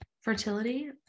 fertility